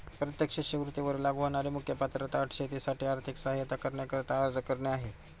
प्रत्येक शिष्यवृत्ती वर लागू होणारी मुख्य पात्रता अट शेतीसाठी आर्थिक सहाय्यता करण्याकरिता अर्ज करणे आहे